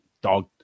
dog